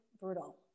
brutal